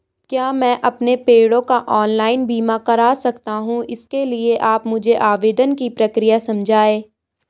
क्या मैं अपने पेड़ों का ऑनलाइन बीमा करा सकता हूँ इसके लिए आप मुझे आवेदन की प्रक्रिया समझाइए?